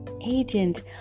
agent